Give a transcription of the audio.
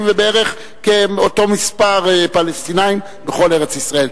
ובערך כאותו מספר פלסטינים בכל ארץ-ישראל.